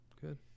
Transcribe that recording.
good